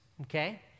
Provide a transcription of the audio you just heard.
okay